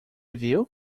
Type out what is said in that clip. viu